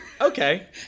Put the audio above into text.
Okay